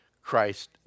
Christ